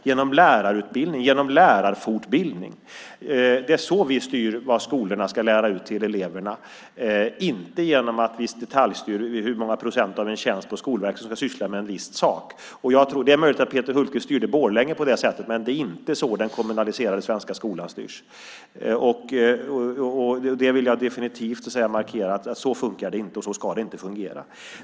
Vi styr vad skolorna ska lära ut till eleverna genom lärarutbildning och lärarfortbildning, inte genom att detaljstyra hur många procent av en tjänst på Skolverket som ska syssla med en viss sak. Det är möjligt att Peter Hultqvist styrde Borlänge på det sättet, men det är inte så den kommunaliserade svenska skolan styrs. Jag vill definitivt markera att så fungerar det inte, och så ska det inte fungera.